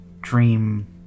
dream